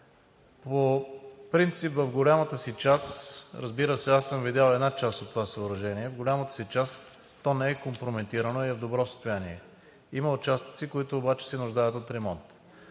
По принцип, разбира се, аз съм видял една част от това съоръжение – в голямата си част не е компрометирано и е в добро състояние, но има участъци, които обаче се нуждаят от ремонт